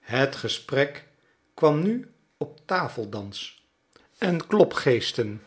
het gesprek kwam nu op tafeldans en klopgeesten